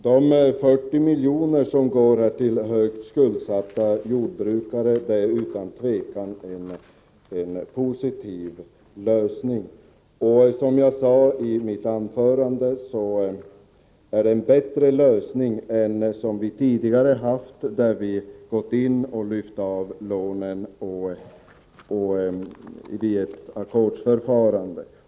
Herr talman! Att 40 milj.kr. går till högt skuldsatta jordbrukare är utan tvivel en positiv lösning. Som jag sade i mitt anförande är det en bättre lösning än den tidigare, då vi gått in och lyft av lånen via ett ackordsförfarande.